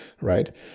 right